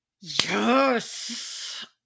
Yes